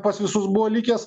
pas visus buvo likęs